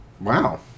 Wow